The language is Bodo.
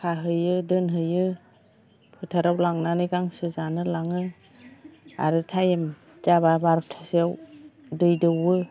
खाहैयो दोनहैयो फोथाराव लांनानै गांसो जानो लाङो आरो टाइम जाबा बार'तासोआव दै दौओ